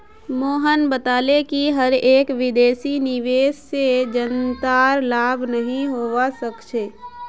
मोहन बताले कि हर एक विदेशी निवेश से जनतार लाभ नहीं होवा सक्छे